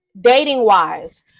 dating-wise